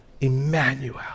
Emmanuel